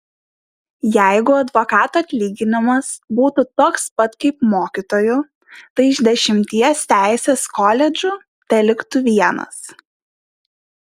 jeigu advokatų atlyginimas būtų toks kaip mokytojų tai iš dešimties teisės koledžų teliktų vienas